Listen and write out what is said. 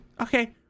okay